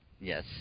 Yes